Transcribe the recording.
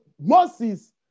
Moses